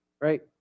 right